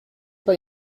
pas